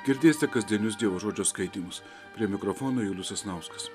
girdėsite kasdienius dievo žodžio skaitymus prie mikrofono julius sasnauskas